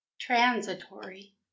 transitory